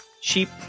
Sheep